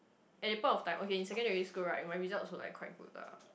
at that point of time okay in secondary school right my result also like quite good lah